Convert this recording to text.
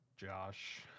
Josh